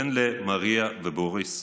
בן למריה ולבוריס.